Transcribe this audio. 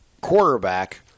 quarterback